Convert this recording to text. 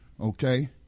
Okay